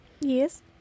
Yes